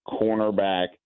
cornerback